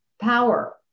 power